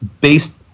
based